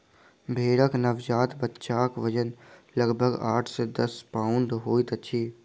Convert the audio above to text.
भेंड़क नवजात बच्चाक वजन लगभग आठ सॅ दस पाउण्ड होइत छै